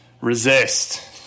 resist